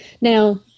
Now